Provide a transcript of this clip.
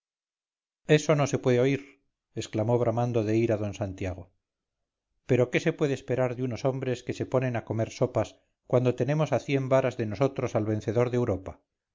esto no se puede oír exclamó bramando de ira d santiago pero qué se puede esperar de unos hombres que se ponen a comer sopas cuando tenemos a cien varas de nosotros al vencedor de europa